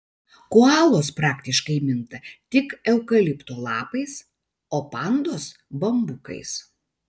koalos praktiškai minta tik eukalipto lapais o pandos bambukais